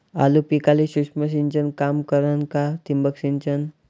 आलू पिकाले सूक्ष्म सिंचन काम करन का ठिबक सिंचन?